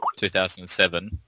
2007